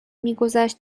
میگذشت